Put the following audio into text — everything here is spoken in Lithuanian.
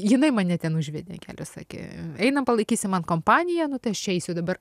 jinai mane ten užvedė ant kelio sakė einam palaikysi man kompaniją nu tai aš čia eisiu dabar